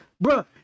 bro